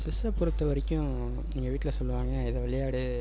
செஸில் பொறுத்த வரைக்கும் எங்கள் வீட்டில் சொல்லுவாங்க இதை விளையாடு